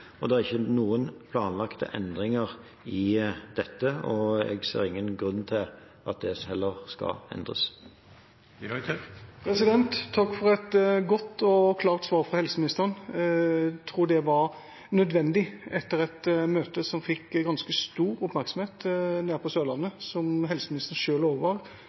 og det er ikke planlagt noen endringer i dette. Jeg ser heller ingen grunn til at det skal endres. Takk for et godt og klart svar fra helseministeren. Jeg tror det var nødvendig etter et møte som fikk ganske stor oppmerksomhet nede på Sørlandet, et møte som helseministeren selv overvar,